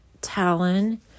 Talon